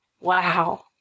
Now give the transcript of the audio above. wow